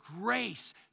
grace